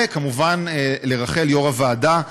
וכמובן, לרחל, יושב-ראש הוועדה,